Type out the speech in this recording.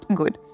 good